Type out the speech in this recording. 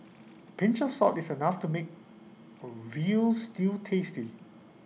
pinch of salt is enough to make A Veal Stew tasty